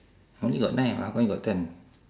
I only got nine how come you got ten